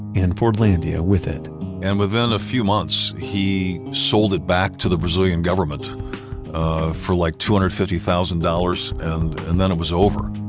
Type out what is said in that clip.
and fordlandia with it and within a few months, he sold it back to the brazilian government for like two hundred and fifty thousand dollars, and and then it was over